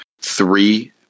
three